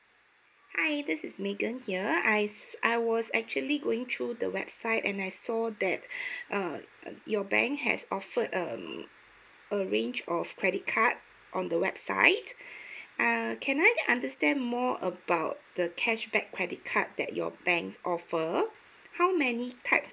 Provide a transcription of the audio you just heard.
hi this is megan here I I was actually going through the website and I saw that err your bank has offered um a range of credit card on the website uh can I understand more about the cashback credit card that your banks offer how many types